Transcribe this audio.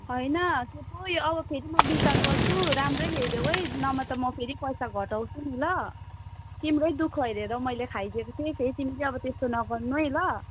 होइन के पो यो अब फेरि म विचार गर्छु राम्रै ल्याइदेऊ है नभए त म फेरि पैसा घटाउँछु नि ल तिम्रै दुःख हेरेर मैले खाइदिएको थिएँ फेरि तिमी चाहिँ अब त्यस्तो नगर्नु है ल